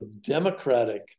democratic